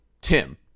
Tim